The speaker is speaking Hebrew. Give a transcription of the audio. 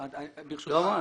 ברשותך,